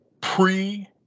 pre